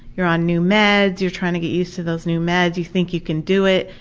you're on new meds, you're trying to get used to those new meds, you think you can do it,